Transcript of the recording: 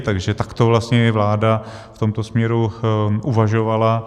Takže takto vlastně i vláda v tomto směru uvažovala.